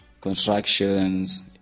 constructions